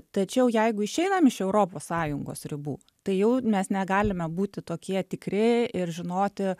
tačiau jeigu išeinam iš europos sąjungos ribų tai jau mes negalime būti tokie tikri ir žinoti